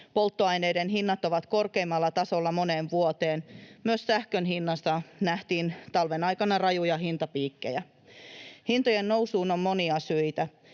Polttoaineiden hinnat ovat korkeimmalla tasolla moneen vuoteen. Myös sähkön hinnassa nähtiin talven aikana rajuja hintapiikkejä. Hintojen nousuun on monia syitä.